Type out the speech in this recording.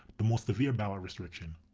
the most severe ballot restriction.